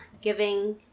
giving